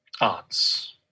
Arts